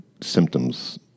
symptoms